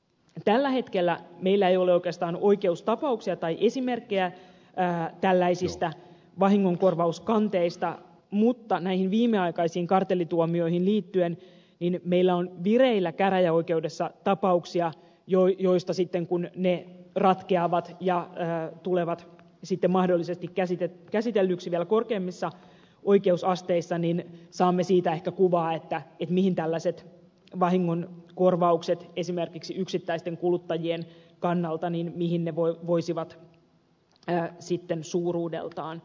tällä hetkellä meillä ei ole oikeastaan oikeustapauksia tai esimerkkejä tällaisista vahingonkorvauskanteista mutta viimeaikaisiin kartellituomioihin liittyen meillä on vireillä käräjäoikeudessa tapauksia joista sitten kun ne ratkeavat ja tulevat mahdollisesti käsitellyiksi vielä korkeammissa oikeusasteissa saamme ehkä kuvaa siitä mihin tällaiset vahingonkorvaukset esimerkiksi yksittäisten kuluttajien kannalta voisivat suuruudeltaan asettua